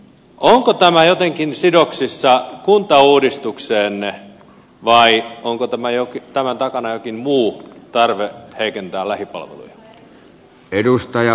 onko tämä jotenkin sidoksissa kuntauudistukseenne vai onko tämän takana jokin muu tarve heikentää lähipalveluja